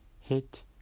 hit